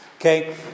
Okay